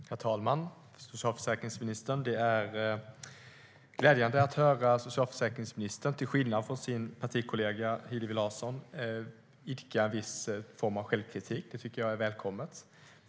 Herr talman! Socialförsäkringsministern! Det är glädjande att höra socialförsäkringsministern idka en viss form av självkritik, till skillnad från hennes partikollega Hillevi Larsson. Det är välkommet.